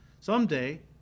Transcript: Someday